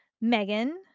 Megan